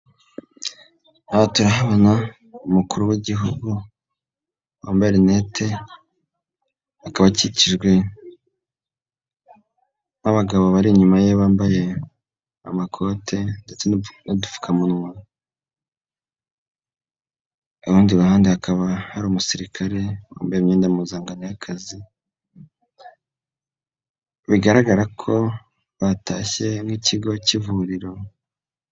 Aho turahabona umukuru w'Igihugu wambaye amarinete. Akaba akikijwe n'abagabo bari inyuma ye bambaye amakote ndetse n'udupfukamunwa. Iruhande hakaba hari umusirikare wambaye umwenda mpuzankano y'akazi. Bigaragara ko batashye nk'ikigo k'ivuriro.